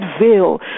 veil